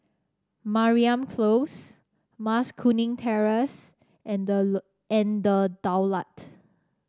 Mariam Close Mas Kuning Terrace and The and The Daulat